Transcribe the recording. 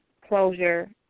closure